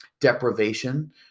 deprivation